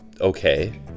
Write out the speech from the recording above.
okay